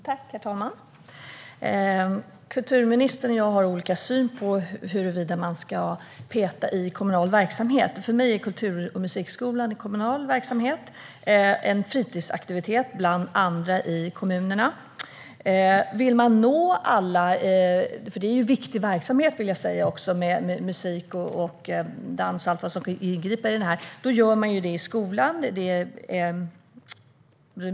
Herr talman! Kulturministern och jag har olika syn på huruvida man ska peta i kommunal verksamhet. För mig är kultur och musikskolan en kommunal verksamhet och en fritidsaktivitet bland andra i kommunerna. Det är en viktig verksamhet med musik, dans och allt vad det inbegriper. Vill man nå alla gör man det i skolan.